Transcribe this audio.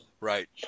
Right